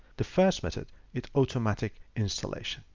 the first method is automatic installation.